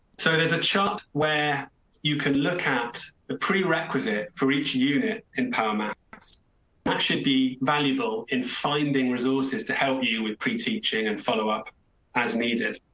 so there's a chart where you can look at the prerequisite for each unit in power maths. that but should be valuable in finding resource is to help you with pre teaching and follow up as needed.